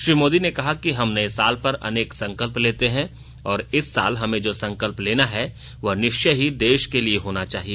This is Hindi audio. श्री मोदी ने कहा कि हम नए साल पर अनेक संकल्प लेते हैं और इस साल हमें जो संकल्प लेना है वह निश्चय ही देश के लिए होना चाहिए